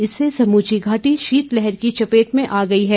इससे समूची घाटी शीतलहर की चपेट में आ गई है